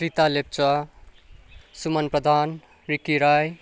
Rita Lepcha Suman Pradhan Kriti Rai